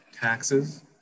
taxes